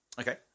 Okay